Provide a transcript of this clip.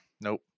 Nope